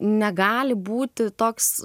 negali būti toks